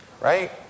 Right